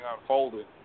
unfolded